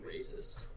racist